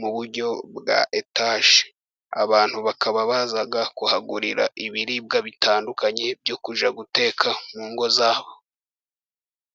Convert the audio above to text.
mu buryo bwa etaje. Abantu bakaba baza kuhagurira ibiribwa bitandukanye, byo kujya guteka mu ngo zabo.